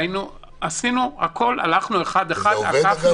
זה עובד.